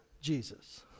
Jesus